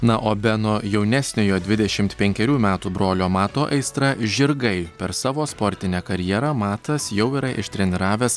na o beno jaunesniojo dvidešimt penkerių metų brolio mato aistra žirgai per savo sportinę karjerą matas jau yra ištreniravęs